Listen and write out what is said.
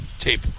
tape